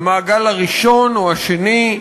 המעגל הראשון או השני,